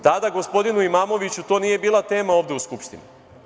Tada gospodinu Imamoviću to nije bila tema ovde u Skupštini.